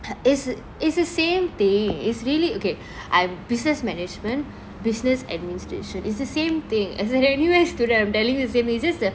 it's it's the same thing is really okay I have business management business administration is the same thing as an N_U_S student I'm telling you it's the same thing it's just the